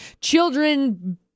children